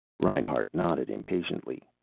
reinhart nodded impatiently.